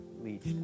leached